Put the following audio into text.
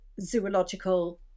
zoological